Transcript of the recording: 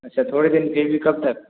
अच्छा थोड़े दिन फिर भी कब तक